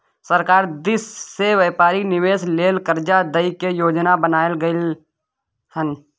सरकार दिश से व्यापारिक निवेश लेल कर्जा दइ के योजना बनाएल गेलइ हन